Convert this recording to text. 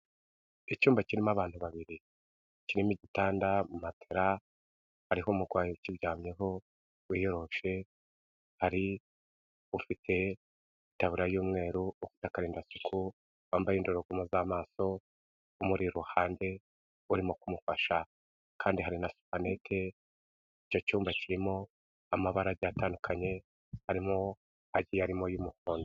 Icyumba kirimo abantu babiri kirimo igitanda, matera, hariho umurwayi ukiryamyeho wiyoroshe, ufite itaburiya y'umweru ufite akarindasuku wambaye indorerwamo z'amaso amuri iruhande urimo kumufasha kandi hari na supanete icyo cyumba kirimo amabara agiye atandukanye arimo agiye arimo umuhondo.